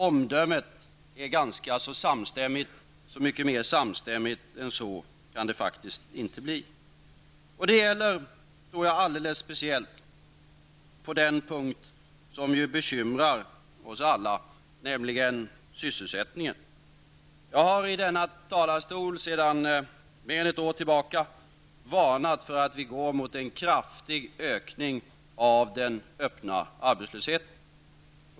Omdömet är samstämmigt. Så mycket mer samstämmigt än så kan det faktiskt inte bli. Det gäller alldeles speciellt på den punkt som ju bekymrar oss alla, nämligen sysselsättningen. Jag har i denna talarstol sedan mer än ett år tillbaka varnat för att vi går mot en kraftig ökning av den öppna arbetslösheten.